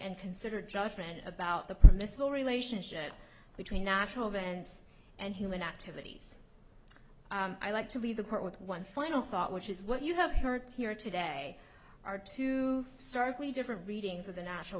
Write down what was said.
and considered judgment about the permissible relationship between natural bands and human activities i like to leave the court with one final thought which is what you have heard here today are two starkly different readings of the natural